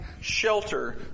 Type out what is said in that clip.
shelter